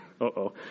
Uh-oh